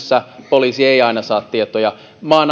poliisi ei aina saa tietoja